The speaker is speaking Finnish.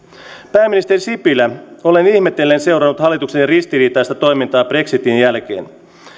pääministeri sipilä olen ihmetellen seurannut hallituksenne ristiriitaista toimintaa brexitin jälkeen